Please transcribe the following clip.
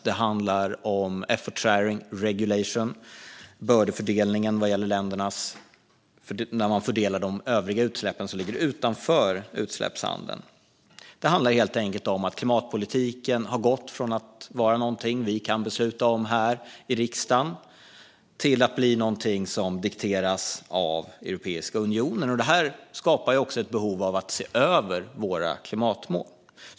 Det handlar om Effort Sharing Regulation. Det är bördefördelningen när man fördelar de övriga utsläpp som ligger utanför utsläppshandeln. Det handlar helt enkelt om att klimatpolitiken har gått från att vara någonting vi kan besluta om här i riksdagen till att bli någonting som dikteras av Europeiska unionen. Det skapar också ett behov av att se över våra klimatmål.